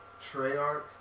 Treyarch